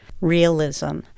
realism